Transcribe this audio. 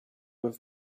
have